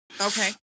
okay